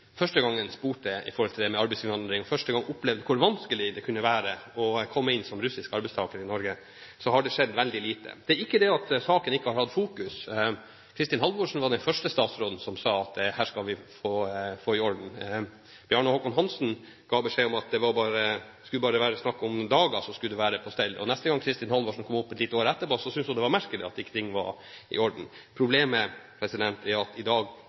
med arbeidsinnvandring – og for første gang opplevde hvor vanskelig det kunne være å komme inn som russisk arbeidstaker i Norge – har det skjedd veldig lite. Det er ikke det at saken ikke har vært i fokus. Kristin Halvorsen var den første statsråden som sa at dette skulle man få i orden. Bjarne Håkon Hanssen ga beskjed om at det bare skulle være snakk om dager før det skulle være på stell, og neste gang Kristin Halvorsen kom opp – et lite år etterpå – syntes hun det var merkelig at ikke ting var i orden. Problemet er at i dag